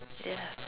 ya